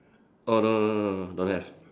oh no no no no don't have